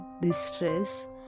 distress